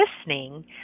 listening